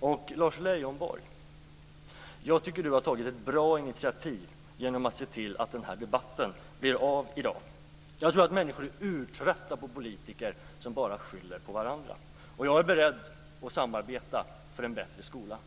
Jag tycker att Lars Leijonborg har tagit ett bra initiativ genom att se till att den här debatten blev av i dag. Jag tror att människor är urtrötta på politiker som bara skyller på varandra. Jag är beredd att samarbeta för en bättre skola.